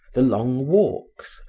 the long walks,